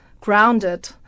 grounded